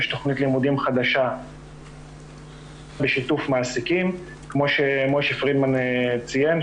יש תכנית לימודים חדשה בשיתוף מעסיקים כמו שמשה פרידמן ציין,